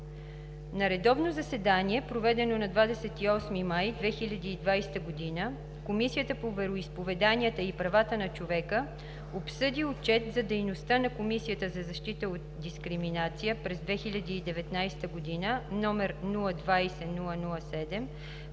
На редовно заседание, проведено на 28 май 2020 г., Комисията по вероизповеданията и правата на човека обсъди Отчет за дейността на Комисията за защита от дискриминация през 2019 г., № 020-00-7,